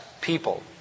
people